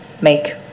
make